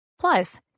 Plus